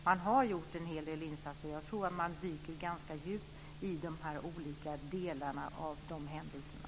Det har gjorts en hel del insatser, och jag tror att Göteborgskommittén dyker ganska djupt i de olika delarna av händelserna.